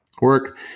work